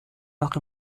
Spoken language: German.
noch